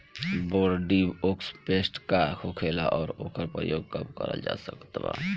Bordeaux paste का होखेला और ओकर प्रयोग कब करल जा सकत बा?